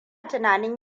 tunanin